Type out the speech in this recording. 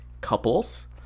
couples